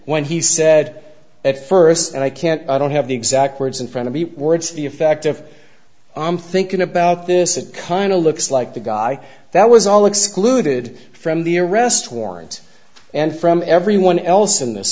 when he said at first and i can't i don't have the exact words in front of the words the effect of i'm thinking about this it kind of looks like the guy that was all excluded from the arrest warrant and from everyone else in this